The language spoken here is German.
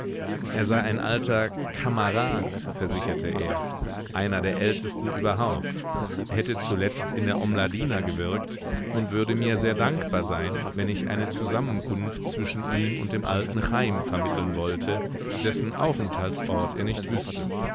er sei ein alter kamerad versicherte er einer der ältesten überhaupt hätte zuletzt in der omladina gewirkt und würde mir sehr dankbar sein wenn ich eine zusammenkunft zwischen ihm und dem alten chaim vermitteln wollte dessen aufenthaltsort er nicht wüßte